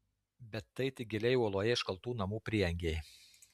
bet tai tik giliai uoloje iškaltų namų prieangiai